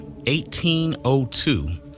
1802